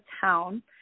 town